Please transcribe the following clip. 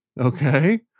okay